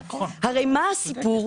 הרי מה הסיפור?